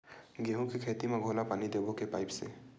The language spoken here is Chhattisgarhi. गेहूं के खेती म घोला पानी देबो के पाइप से?